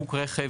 שיווק רכב,